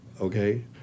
okay